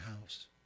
house